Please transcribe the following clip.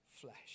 flesh